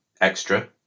extra